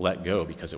let go because it